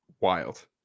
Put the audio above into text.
wild